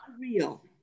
real